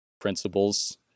principles